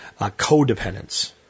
codependence